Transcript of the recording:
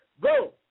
go